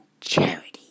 charity